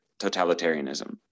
totalitarianism